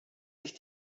sich